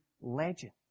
legend